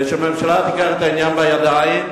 ושהממשלה תיקח את העניין בידיים.